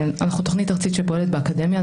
אנחנו תוכנית ארצית שפועלת באקדמיה.